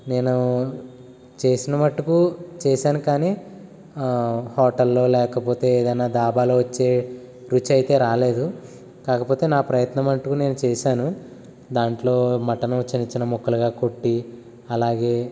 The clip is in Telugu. నేను చేసిన మట్టుకు చేశాను కానీ హోటల్లో లేకపోతే ఏదైనా దాబాలో వచ్చే రుచయితే రాలేదు కాకపోతే నా ప్రయత్నం అంటూ నేను చేశాను దాంట్లో మటన్ చిన్న చిన్న ముక్కలుగా కొట్టి అలాగే